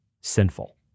sinful